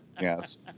Yes